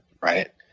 Right